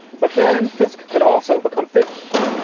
but then fisk could also become fish,